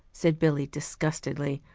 said billy disgustedly.